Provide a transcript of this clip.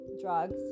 drugs